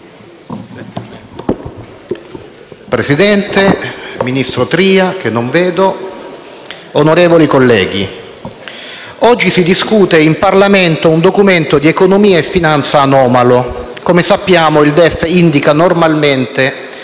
Presidente, ministro Tria - che non vedo - onorevoli colleghi, oggi si discute in Parlamento un Documento di economia e finanza anomalo. Come sappiamo, il DEF normalmente